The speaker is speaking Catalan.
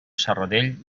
serradell